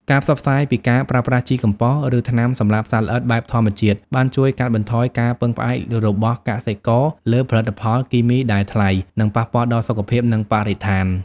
ការផ្សព្វផ្សាយពីការប្រើប្រាស់ជីកំប៉ុស្ត ឬថ្នាំសម្លាប់សត្វល្អិតបែបធម្មជាតិ បានជួយកាត់បន្ថយការពឹងផ្អែករបស់កសិករលើផលិតផលគីមីដែលថ្លៃ និងប៉ះពាល់ដល់សុខភាព និងបរិស្ថាន។